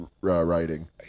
writing